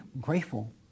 grateful